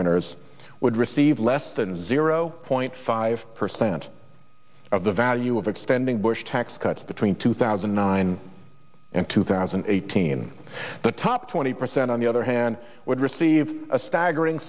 earners would receive less than zero point five percent of the value of extending bush tax cuts between two thousand and nine and two thousand and eighteen the top twenty percent on the other hand would receive a staggering